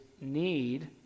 need